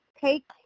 take